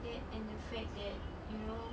that and the fact that you know